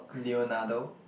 Leonardo